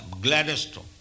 Gladstone